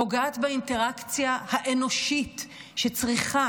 פוגעת באינטראקציה האנושית שצריכה